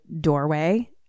doorway